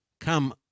come